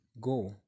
go